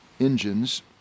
engines